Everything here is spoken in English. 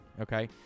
Okay